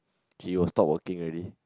she will stop working already